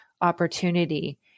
opportunity